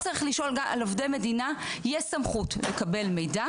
יש סמכות לקבל מידע